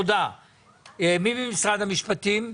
מי ממשרד המשפטים?